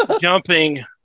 jumping